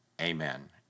amen